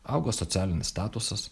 auga socialinis statusas